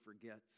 forgets